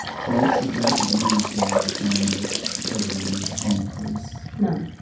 so what support did you receive as a family over the years from the police? none.